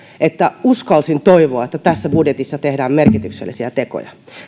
että uskalsin toivoa että tässä budjetissa tehdään merkityksellisiä tekoja